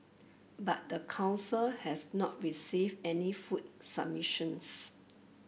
but the council has not received any food submissions